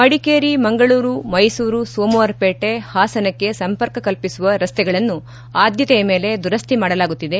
ಮಡಿಕೇರಿ ಮಂಗಳೂರು ಮೈಸೂರು ಸೋಮವಾರಪೇಟೆ ಹಾಸನಕ್ಕೆ ಸಂಪರ್ಕ ಕಲ್ಪಿಸುವ ರಸ್ತೆಗಳನ್ನು ಆದ್ಯತೆಯ ಮೇಲೆ ದುರಸ್ಡಿ ಮಾಡಲಾಗುತ್ತಿದೆ